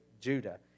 Judah